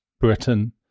Britain